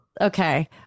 okay